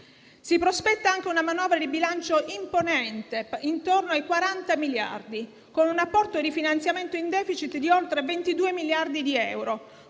Si prospetta anche una manovra di bilancio imponente, intorno ai 40 miliardi, con un rapporto di finanziamento in *deficit* di oltre 22 miliardi di euro,